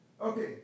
Okay